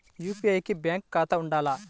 UPI కి bank ఖాతా ఉండాల?